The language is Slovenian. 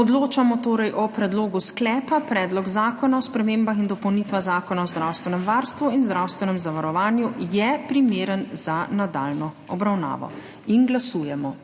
Odločamo torej o predlogu sklepa: Predlog zakona o spremembah in dopolnitvah Zakona o zdravstvenem varstvu in zdravstvenem zavarovanju je primeren za nadaljnjo obravnavo. Glasujemo.